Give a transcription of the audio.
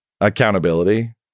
accountability